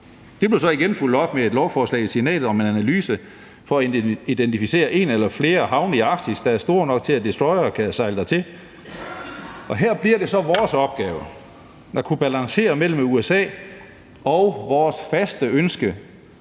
Det blev så igen fulgt op af et lovforslag i Senatet om en analyse for at identificere en eller flere havne i Arktis, som er store nok til, at destroyere kan sejle dertil. Og her vil vores opgave være at kunne balancere mellem vores forhold